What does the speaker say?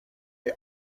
est